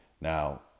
Now